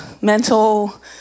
mental